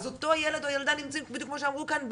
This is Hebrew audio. אז אותו ילד או ילדה נמצאים בדיוק כמו שאמרו כאן,